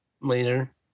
Later